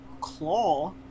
claw